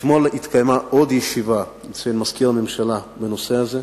אתמול התקיימה עוד ישיבה אצל מזכיר הממשלה בנושא הזה.